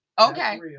Okay